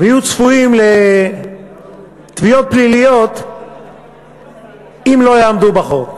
ויהיו צפויים לתביעות פליליות אם לא יעמדו בחוק?